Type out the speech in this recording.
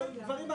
של דברים אחרים.